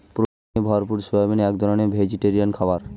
প্রোটিনে ভরপুর সয়াবিন এক রকমের ভেজিটেরিয়ান খাবার